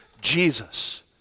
Jesus